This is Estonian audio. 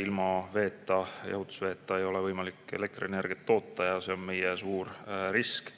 Ilma veeta, jahutusveeta ei ole võimalik elektrienergiat toota ja see on meie suur risk,